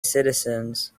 citizens